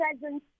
presence